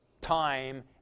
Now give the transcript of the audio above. time